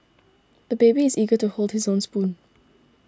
the baby is eager to hold his own spoon